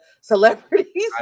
celebrities